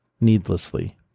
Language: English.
needlessly